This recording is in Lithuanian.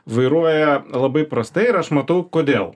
vairuoja labai prastai ir aš matau kodėl